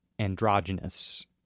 androgynous